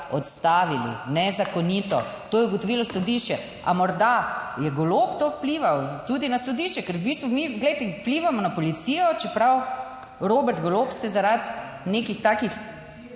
odstavili, nezakonito, to je ugotovilo sodišče. A morda je Golob to vplival tudi na sodišče, ker v bistvu mi, glejte, vplivamo na policijo, čeprav Robert Golob se zaradi nekih takih,